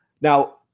Now